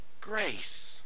Grace